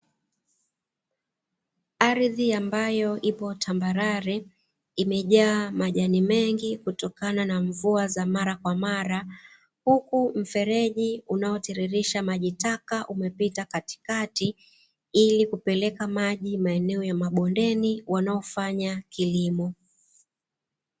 Ardhi ambayo ipo tambarare imejaa majani mengi kutokana na mvua za mara kwa mara, huku mfereji unaotiririsha maji taka umepita katikati ili kupeleka maji maeneo ya mabondeni wanaofanya kilimo.